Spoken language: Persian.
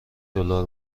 دلار